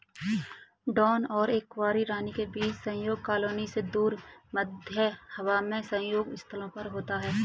drone और एक कुंवारी रानी के बीच संभोग कॉलोनी से दूर, मध्य हवा में संभोग स्थलों में होता है